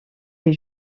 est